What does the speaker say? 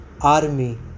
Army